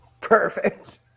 Perfect